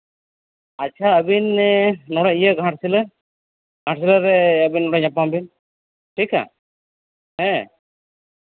ᱟᱪᱪᱷᱟ ᱟᱹᱵᱤᱱ ᱱᱚᱰᱮ ᱤᱭᱟᱹ ᱜᱷᱟᱴᱥᱤᱞᱟᱹ ᱜᱷᱟᱴᱥᱤᱞᱟ ᱨᱮ ᱟᱹᱵᱤᱱ ᱧᱟᱯᱟᱢ ᱵᱤᱱ ᱴᱷᱤᱠᱼᱟ ᱦᱮᱸ